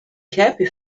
happy